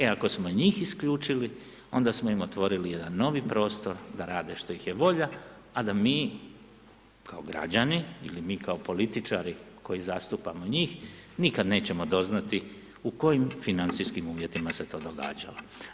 E ako smo njih isključili, onda smo im otvorili jedan novi prostor da rade što ih je volja a da mi građani ili mi kao političari koji zastupamo njih, nikad nećemo doznati u kojim financijskim uvjetima se to događalo.